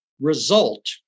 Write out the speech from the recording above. result